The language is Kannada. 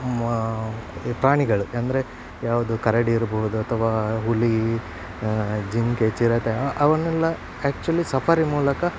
ಪ್ರಾಣಿಗಳು ಅಂದರೆ ಯಾವುದು ಕರಡಿ ಇರ್ಬೋದು ಅಥವಾ ಹುಲಿ ಜಿಂಕೆ ಚಿರತೆ ಅವನ್ನೆಲ್ಲ ಆಕ್ಚುಲಿ ಸಫಾರಿ ಮೂಲಕ